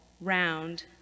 round